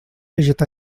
llegit